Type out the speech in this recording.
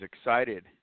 excited